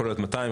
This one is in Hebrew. יכול להיות 200,